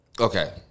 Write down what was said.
Okay